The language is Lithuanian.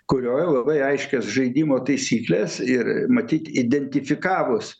kurioj labai aiškios žaidimo taisyklės ir matyt identifikavus